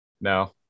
No